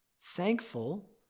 Thankful